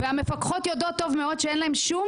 המפקחות יודעות טוב מאוד שאין להן שום